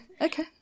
okay